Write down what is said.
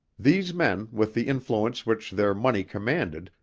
these men, with the influence which their money commanded,